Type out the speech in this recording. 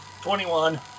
Twenty-one